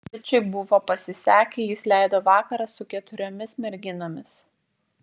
bičui buvo pasisekę jis leido vakarą su keturiomis merginomis